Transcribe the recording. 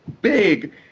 big